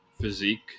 physique